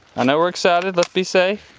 i know we're excited, let's be safe.